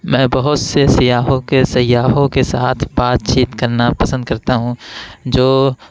میں بہت سے سیاحوں کے سیاحوں کے ساتھ بات چیت کرنا پسند کرتا ہوں جو